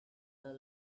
the